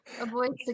Avoid